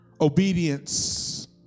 obedience